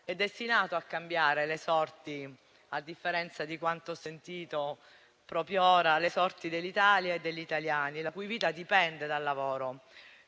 destinato a cambiare - a differenza di quanto ho sentito dire proprio ora - le sorti dell'Italia e degli italiani, la cui vita dipende dal lavoro.